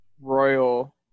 royal